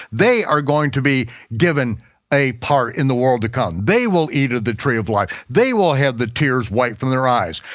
they are going to be given a part in the world to come, they will eat of the tree of life, they will have the tears wiped from their eyes.